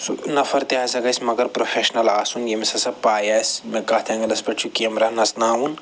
سُہ نفر تہِ ہَسا گَژھِ مگر پرٛوفٮ۪شنل آسُن ییٚمِس ہَسا پَے آسہِ مےٚ کتھ اٮ۪نٛگلس پٮ۪ٹھ چھُ کیمرا نژناوُن